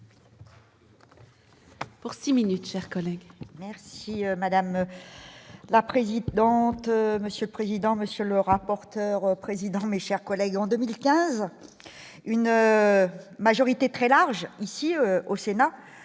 Pour 6 minutes, chers collègues, merci madame la présidente, monsieur le président, monsieur le rapporteur, président, mes chers collègues, en 2015, une majorité très large ici au Sénat